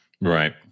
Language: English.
Right